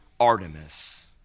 Artemis